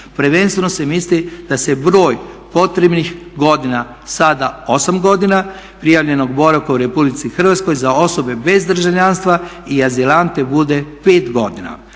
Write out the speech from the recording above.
Prvenstveno se misli da se broj potrebnih godina, sada 8 godina prijavljenog boravka u Republici Hrvatskoj za osobe bez državljanstva i azilante bude 5 godina.